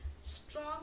Strong